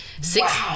Six